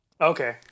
Okay